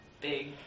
big